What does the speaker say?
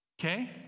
Okay